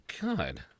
god